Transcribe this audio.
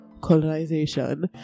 colonization